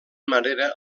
manera